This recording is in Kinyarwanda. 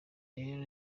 rero